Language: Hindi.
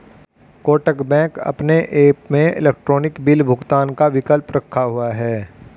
कोटक बैंक अपने ऐप में इलेक्ट्रॉनिक बिल भुगतान का विकल्प रखा हुआ है